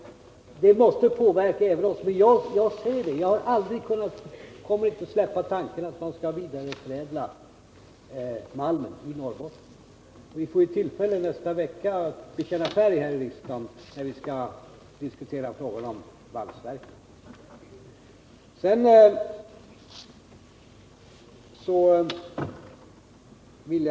Detta måste påverka även oss, men jag kommer aldrig att släppa tanken att malmen skall vidareförädlas i Norrbotten. Vi får ju tillfälle att bekänna färg här i riksdagen i nästa vecka, när vi skall diskutera frågan om valsverken.